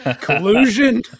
Collusion